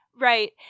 Right